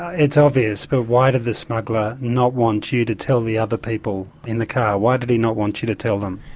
it's obvious, but why did the smuggler not want you to tell the other people in the car? why did he not want you to tell them?